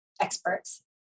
experts